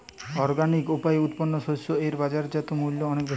organic উপায়ে উৎপন্ন শস্য এর বাজারজাত মূল্য অনেক বেশি